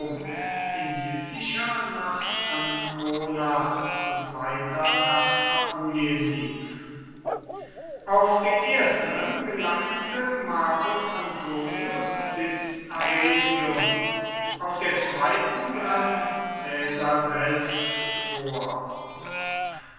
in südlicher nach ancona und weiter nach apulien lief auf der ersteren gelangte marcus antonius bis arretium auf der zweiten drang caesar selbst vor